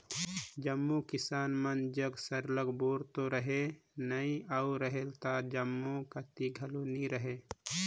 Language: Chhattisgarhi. जम्मो किसान मन जग सरलग बोर तो रहें नई अउ रहेल त जम्मो कती घलो नी रहे